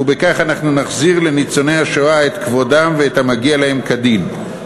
ובכך אנחנו נחזיר לניצולי השואה את כבודם ואת המגיע להם כדין.